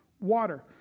water